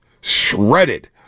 Shredded